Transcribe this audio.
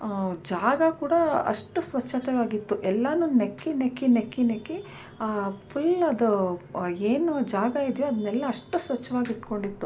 ಜಾಗ ಕೂಡ ಅಷ್ಟು ಸ್ವಚ್ಚವಾಗಿತ್ತು ಎಲ್ಲಾ ನೆಕ್ಕಿ ನೆಕ್ಕಿ ನೆಕ್ಕಿ ನೆಕ್ಕಿ ಫುಲ್ ಅದು ಏನು ಜಾಗ ಇದೆಯೋ ಅದನ್ನೆಲ್ಲಾ ಅಷ್ಟು ಸ್ವಚ್ಚವಾಗಿಟ್ಕೊಂಡಿತ್ತು